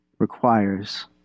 requires